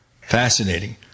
fascinating